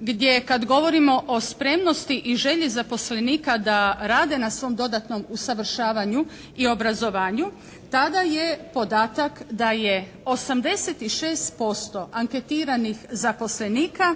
gdje kad govorimo o spremnosti i želji zaposlenika da rade na svom dodatnom usavršavanju i obrazovanju tada je podatak da je 86% anketiranih zaposlenika